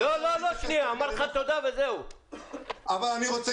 אני רוצה